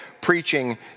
preaching